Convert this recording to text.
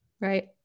right